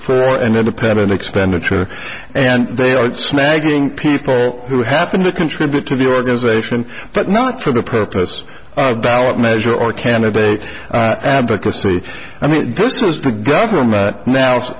for an independent expenditure and they are snagging people who happen to contribute to the organization but not for the purpose of ballot measure or candidate advocacy i mean this is the government now